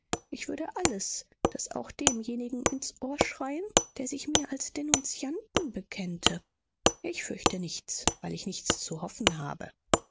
ich würde alles das auch demjenigen ins ohr schreien der sich mir als denunziant bekennte ich fürchte nichts weil ich nichts zu hoffen habe